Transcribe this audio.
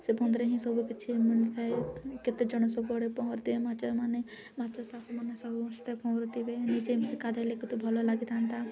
ସେ ବନ୍ଧରେ ହିଁ ସବୁ କିଛି ମିଳିଥାଏ କେତେ ଜଣ ସବୁ ଆଡ଼େ ପହଁରୁଥିବେ ମାଛମାନେ ମାଛ ସାପମାନେ ସମସ୍ତେ ପହଁରୁଥିବେ ନିଜେ ଏମିତି ଗାଧୋଇଲେ କେତେ ଭଲ ଲାଗିଥାନ୍ତା